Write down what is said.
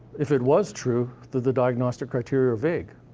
if it was true, that the diagnostic criteria are vague.